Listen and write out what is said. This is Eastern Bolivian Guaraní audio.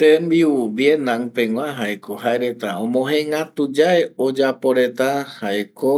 Tembiu Vietnam pegua jae ko jae reta omogëë gätu yae oyapo reta, jaeko